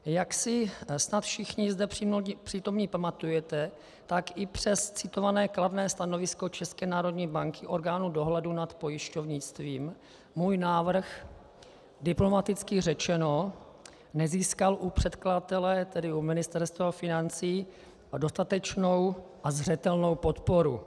Jak si snad všichni zde přítomní pamatujete, tak i přes citované kladné stanovisko České národní banky, orgánu dohledu nad pojišťovnictvím, můj návrh diplomaticky řečeno nezískal u předkladatele, tedy u Ministerstva financí, dostatečnou a zřetelnou podporu.